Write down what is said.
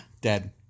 dead